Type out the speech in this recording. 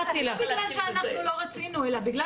זה לא בגלל שאנחנו לא רצינו אלא בגלל